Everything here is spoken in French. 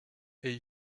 est